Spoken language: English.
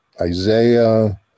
Isaiah